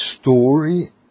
story